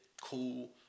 Cool